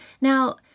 now